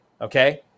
Okay